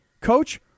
Coach